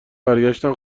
برگشتن